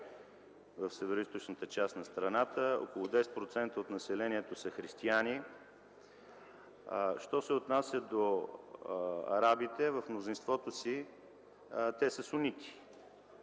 в североизточната част на страната, около 10% от населението са християни. Що се отнася до арабите, в мнозинството си те са сунити.